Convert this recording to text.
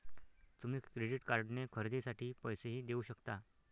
तुम्ही क्रेडिट कार्डने खरेदीसाठी पैसेही देऊ शकता